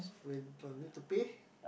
with little pay